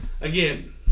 again